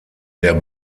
der